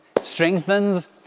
Strengthens